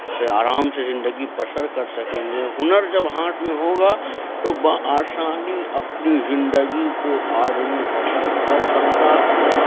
اس سے آرام سے زندگی بسر کر سکیں گے ہنر جب ہاتھ میں ہوگا تو بآسانی اپنی زندگی کو آدمی بسر کر سکتا ہے